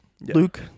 Luke